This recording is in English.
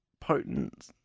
potent